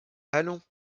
allons